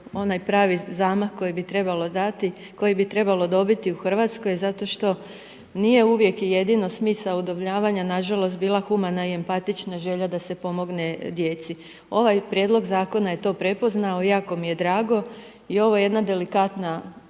bi trebalo dati, koji bi trebalo dobiti u RH zato što nije uvijek i jedino smisao udomljavanja nažalost bila humana i empatična želja da e pomogne djeci. Ovaj Prijedlog Zakona je to prepoznao i jako mi je drago i ovo je jedna delikatna,